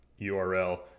URL